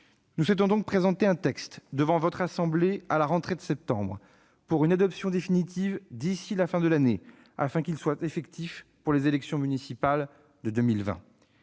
Nous souhaitons donc présenter un texte, devant votre assemblée, à la rentrée de septembre, pour une adoption définitive d'ici à la fin d'année, afin qu'il soit effectif pour les élections municipales de 2020.